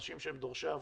אנשים שהם דורשי עבודה.